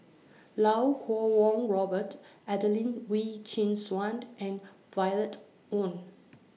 Lau Kuo Kwong Robert Adelene Wee Chin Suan and Violet Oon